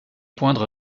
poindre